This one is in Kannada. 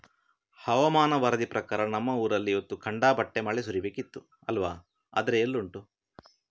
ಹವಾಮಾನ ವರದಿ ಪ್ರಕಾರ ನಮ್ಮ ಊರಲ್ಲಿ ಇವತ್ತು ಖಂಡಾಪಟ್ಟೆ ಮಳೆ ಸುರೀಬೇಕಿತ್ತು ಅಲ್ವಾ ಆದ್ರೆ ಎಲ್ಲುಂಟು